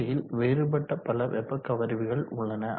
சந்தையில் வேறுபட்ட பல வெப்ப கவர்விகள் உள்ளன